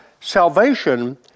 salvation